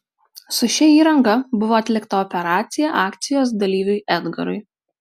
su šia įranga buvo atlikta operacija akcijos dalyviui edgarui